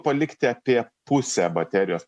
palikti apie pusę baterijos